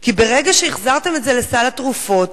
כי ברגע שהחזרתם את זה לסל התרופות,